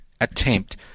attempt